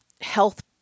health